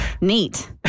Neat